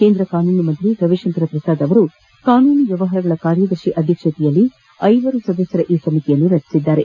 ಕೇಂದ್ರ ಕಾನೂನು ಸಚಿವ ರವಿಶಂಕರ ಪ್ರಸಾದ್ ಅವರು ಕಾನೂನು ವ್ಕವಹಾರಗಳ ಕಾರ್ಯದರ್ಶಿ ಅಧ್ವಕ್ಷತೆಯಲ್ಲಿ ಐವರು ಸದಸ್ಕರ ಈ ಸಮಿತಿಯನ್ನು ರಚಿಸಿದ್ದಾರೆ